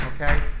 okay